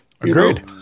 Agreed